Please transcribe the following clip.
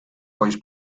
voice